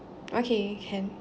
okay can